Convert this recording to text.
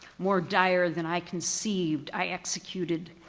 more dire than i conceived i executed.